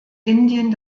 indien